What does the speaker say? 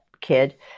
kid